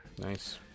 Nice